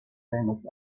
famous